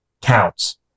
counts